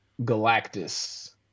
Galactus